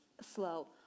slow